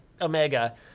Omega